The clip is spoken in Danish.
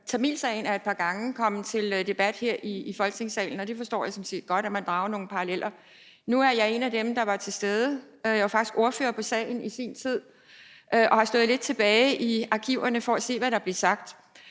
tamilsagen er et par gange kommet til debat her i Folketingssalen, og jeg forstår sådan set godt, at man drager nogle paralleller. Nu er jeg en af dem, der var til stede dengang; jeg var faktisk selv ordfører på sagen i sin tid, og jeg har kigget lidt tilbage i arkiverne for at se, hvad der blev sagt.